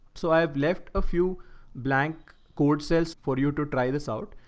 so i have left a few blank code cells for you to try this out.